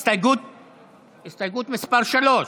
הסתייגות מס' 3,